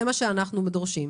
זה מה שאנחנו דורשים.